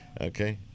okay